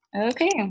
Okay